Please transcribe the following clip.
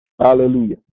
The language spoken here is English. Hallelujah